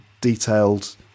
detailed